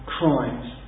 crimes